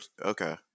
Okay